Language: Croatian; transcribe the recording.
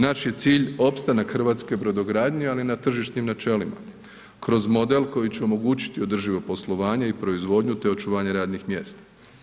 Naš je cilj opstanak hrvatske brodogradnje ali na tržišnim načelima kroz model koji će omogućiti održivo poslovanje i proizvodnju te očuvanje radnih mjesta.